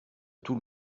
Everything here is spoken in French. tout